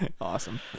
awesome